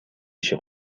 иши